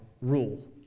rule